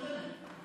בדיוק, היא הנותנת.